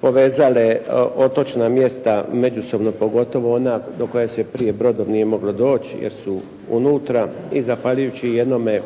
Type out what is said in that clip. povezale otočna mjesta međusobno, pogotovo ona do koja se prije brodom nije moglo doći jer su unutra i zahvaljujući jednome